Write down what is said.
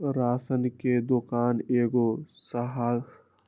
ration के दोकान एगो सदाबहार व्यवसाय के रूप में देखल जाइ छइ